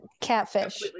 catfish